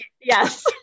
Yes